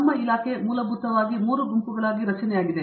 ನಮ್ಮ ಇಲಾಖೆ ಮೂಲಭೂತವಾಗಿ 3 ಗುಂಪುಗಳಾಗಿ ರಚನೆಯಾಗಿದೆ